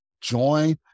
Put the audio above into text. join